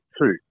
two